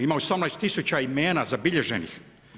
Ima 18000 imena zabilježenih.